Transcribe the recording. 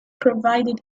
provided